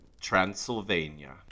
Transylvania